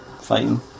fighting